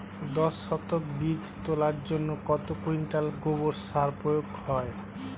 দশ শতক বীজ তলার জন্য কত কুইন্টাল গোবর সার প্রয়োগ হয়?